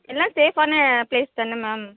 எல்லாம் சேஃப்பான ப்ளேஸ் தான மேம்